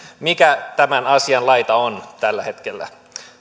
mikä tämän asian laita on tällä hetkellä